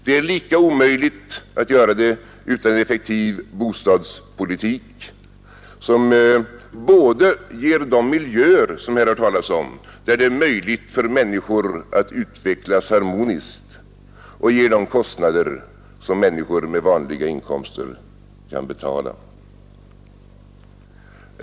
Det är lika omöjligt att göra detta utan en effektiv bostadspolitik, som ger både de miljöer som här har talats om — där det är möjligt för människor att utvecklas harmoniskt — och de kostnader som människor med vanliga inkomster kan bära.